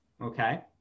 Okay